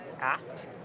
Act